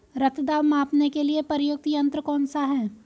रक्त दाब मापने के लिए प्रयुक्त यंत्र कौन सा है?